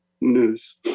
news